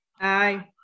Aye